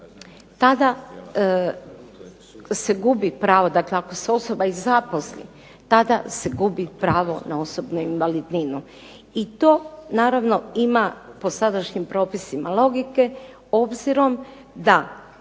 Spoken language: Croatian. tada se gubi pravo, dakle ako se osoba i zaposli tada se gubi pravo na osobnu invalidninu. I to naravno ima po sadašnjim propisima logike, obzirom da